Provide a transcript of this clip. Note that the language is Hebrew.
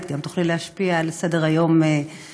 את גם תוכלי להשפיע על סדר-היום במליאה